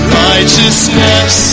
righteousness